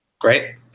Great